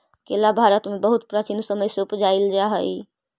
केला भारत में बहुत प्राचीन समय से उपजाईल जा हई